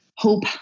hope